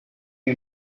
you